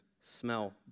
smell